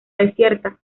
desierta